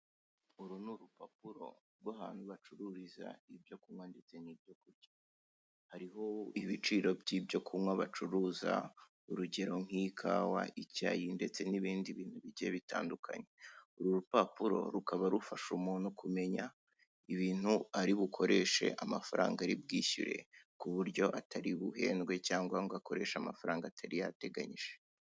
Uru ni urupapuro rw'ahantu bacururiza ibyo kunywa ndetse n'ibyorya uru rupapuro hariho ibiciro by'ibyo kunywa bacuruza, urugero nk'ikawa icyayi ndetse n'ibindi bintu bigiye bitandukanye uru rupapuro rukaba rufasha umuntu kumenya ibintu ari bukoreshe amafaranga aribwishyure ku buryo atari buhendwe cyangwa ngo akoreshe amafaranga atari yateganyije.